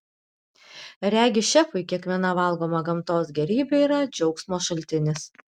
regis šefui kiekviena valgoma gamtos gėrybė yra džiaugsmo šaltinis